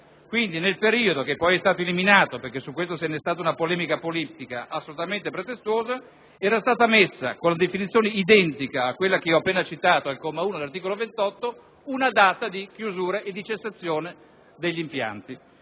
fatto; nel periodo, che poi è stato eliminato perché su di esso si è innestata una polemica politica assolutamente pretestuosa, era stata messa, con definizione identica a quella che ho appena citato al comma 1 dell'articolo 28, una data di chiusura e di cessazione degli impianti.